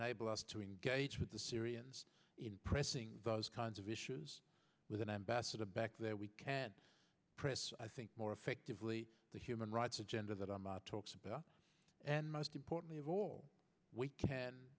us to engage with the syrians in pressing those kinds of issues with an ambassador back there we can press i think more effectively the human rights agenda that are talks about and most importantly of all we can